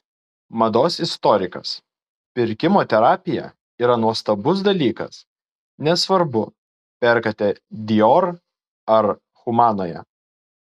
mados istorikas pirkimo terapija yra nuostabus dalykas nesvarbu perkate dior ar humanoje